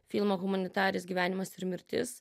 filmą humanitarės gyvenimas ir mirtis